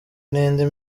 n’indi